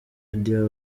radio